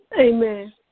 Amen